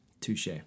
Touche